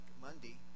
Monday